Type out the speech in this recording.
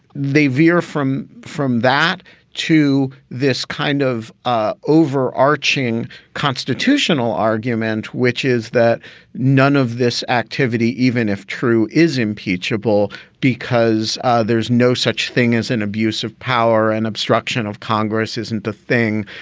they veer from from that to this kind of ah over arching constitutional argument, which is that none of this activity, even if true, is impeachable because there's no such thing as an abuse of power and obstruction of congress isn't the thing.